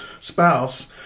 spouse